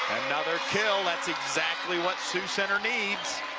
another kill. that's exactly what sioux center needs